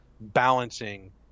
balancing